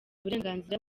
uburenganzira